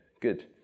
good